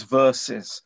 verses